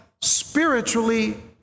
spiritually